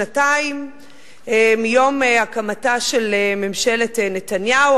שנתיים מיום הקמתה של ממשלת נתניהו,